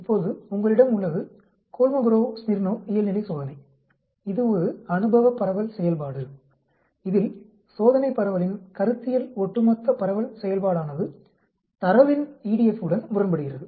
இப்போது உங்களிடம் உள்ளது கோல்மோகோரோவ் ஸ்மிர்னோவ் இயல்நிலை சோதனை இது ஒரு அனுபவ பரவல் செயல்பாடு empirical distribution function இதில் சோதனை பரவலின் கருத்தியல் ஒட்டுமொத்த பரவல் செயல்பாடானது தரவின் EDF உடன் முரண்படுகிறது